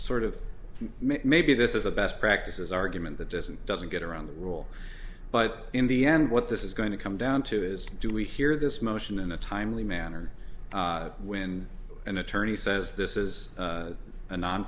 sort of maybe this is a best practices argument that just doesn't get around the rule but in the end what this is going to come down to is do we hear this motion in a timely manner when an attorney says this is